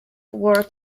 kevlar